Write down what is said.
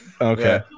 Okay